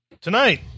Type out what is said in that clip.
tonight